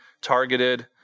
targeted